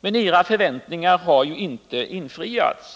Men era förväntningar har ju inte infriats.